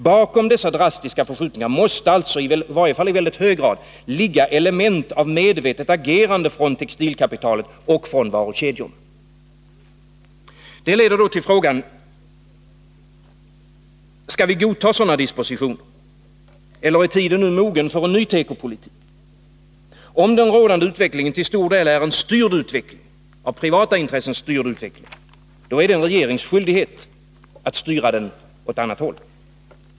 Bakom dessa drastiska förskjutningar måste alltså, i varje fall i väldigt hög grad, ligga element av medvetet agerande från textilkapitalet och från varukedjor. Det leder till frågan: Skall vi godta sådana dispositioner? Eller är tiden nu mogen för en ny tekopolitik? Om den rådande utvecklingen till stor del är en av privata intressen styrd utveckling — då är det en regerings skyldighet att styra den åt annat håll.